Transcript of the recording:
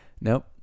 nope